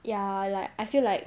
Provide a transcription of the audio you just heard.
ya like I feel like